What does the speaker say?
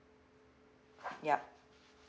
yup